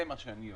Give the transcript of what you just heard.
זה מה שאני יודע.